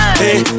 hey